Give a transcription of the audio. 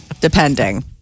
depending